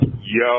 Yo